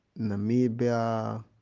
namibia